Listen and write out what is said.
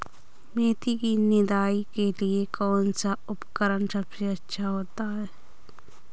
मेथी की निदाई के लिए कौन सा उपकरण सबसे अच्छा होता है?